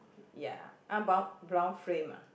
ya ah brown brown frame ah